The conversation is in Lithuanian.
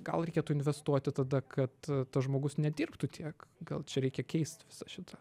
gal reikėtų investuoti tada kad tas žmogus nedirbtų tiek gal čia reikia keist visą šitą